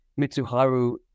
Mitsuharu